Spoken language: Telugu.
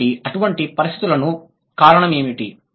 కాబట్టి అటువంటి పరిస్థితులకు కారణం ఏమిటి